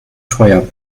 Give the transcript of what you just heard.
teuer